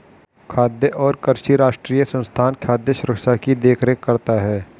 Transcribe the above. खाद्य और कृषि राष्ट्रीय संस्थान खाद्य सुरक्षा की देख रेख करता है